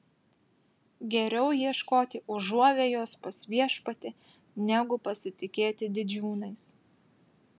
geriau ieškoti užuovėjos pas viešpatį negu pasitikėti didžiūnais